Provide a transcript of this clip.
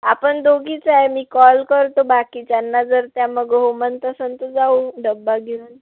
आपण दोघीच आहे मी कॉल करतो बाकीच्यांना जर त्या मग हो म्हणत असन तर जाऊ डबा घेऊन